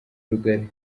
rugari